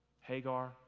Hagar